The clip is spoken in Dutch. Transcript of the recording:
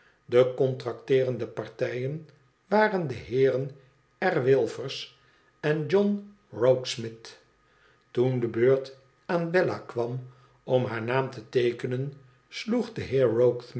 de contracteerende partijen waren de heeren r wilfer eii johnrokesmith toen de beurt aan bella kwam om haar naam te teekenen sloeg de